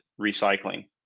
recycling